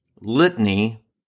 Litany